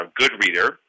Goodreader